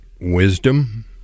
wisdom